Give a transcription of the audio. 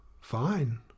Fine